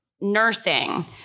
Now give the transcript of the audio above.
nursing